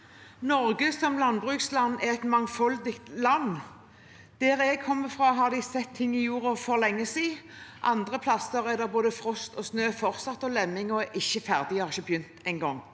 Norge som landbruksland er et mangfoldig land. Der jeg kommer fra, har de satt ting i jorda for lenge siden. Andre plasser er det både frost og snø fortsatt, og lammingen er ikke ferdig ennå eller har ikke begynt engang.